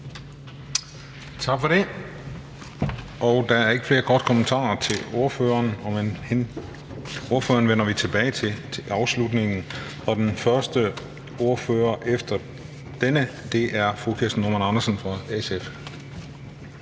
Tak for det. Der er ikke flere kommentarer til ordføreren. Ordføreren vender vi tilbage til ved afslutningen. Den første ordfører efter denne er fru Kirsten Normann Andersen fra SF.